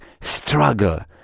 struggle